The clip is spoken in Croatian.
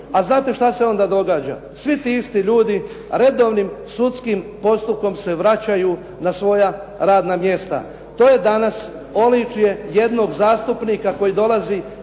A znate šta se onda događa? Svi ti isti ljudi redovnim sudskim postupkom se vraćaju na svoja radna mjesta. To je danas oličje jednog zastupnika koji dolazi